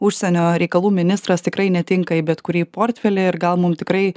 užsienio reikalų ministras tikrai netinka į bet kurį portfelį ir gal mum tikrai